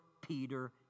peter